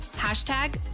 Hashtag